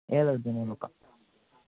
L ꯑꯣꯏꯗꯣꯏꯅꯦꯕ ꯀꯣ